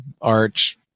Arch